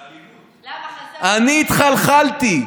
אני התחלחלתי.